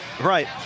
Right